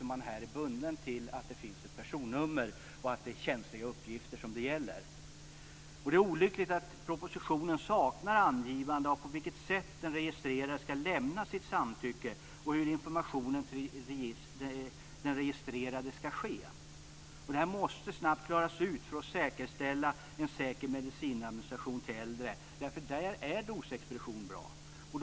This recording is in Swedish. Man är här bunden till att det finns ett personnummer och att det gäller känsliga uppgifter. Det är olyckligt att propositionen saknar angivande av på vilket sätt den registrerade ska lämna sitt samtycke och av hur informationen till den registrerade ska ske. Detta måste snabbt klaras ut för säkerställande av en riskfri medicinadministration till äldre, eftersom dosexpedition i det sammanhanget är bra.